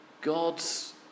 God's